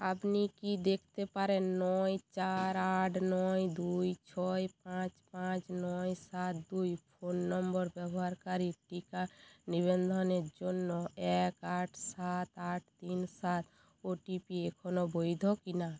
আপনি কি দেখতে পারেন নয় চার আট নয় দুই ছয় পাঁচ পাঁচ নয় সাত দুই ফোন নম্বর ব্যবহারকারীর টিকা নিবান্ধনের জন্য এক আট সাত আট তিন সাত ওটিপি এখনও বৈধ কি না